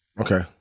Okay